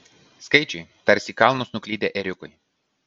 skaičiai tarsi į kalnus nuklydę ėriukai